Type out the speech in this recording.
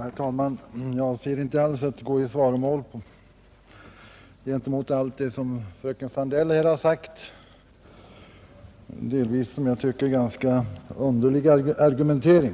Herr talman! Jag har inte för avsikt att här ingå i svaromål gentemot allt vad fröken Sandell anförde och inte heller bemöta hennes enligt min mening ganska underliga argumentering.